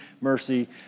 mercy